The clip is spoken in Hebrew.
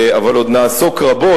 אבל עוד נעסוק רבות,